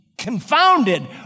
confounded